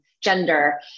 gender